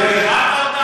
קראת אותן?